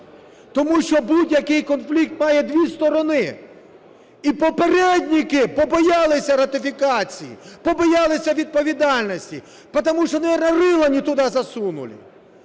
Тому що будь-який конфлікт має дві сторони і попередники побоялися ратифікації, побоялись відповідальності. Потому что рыло, наверное, не туда засунули.